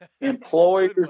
Employers